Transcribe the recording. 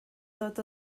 dod